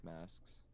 masks